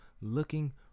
looking